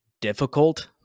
difficult